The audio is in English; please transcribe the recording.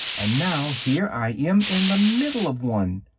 and now here i am in the middle of one!